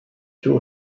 two